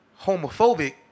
homophobic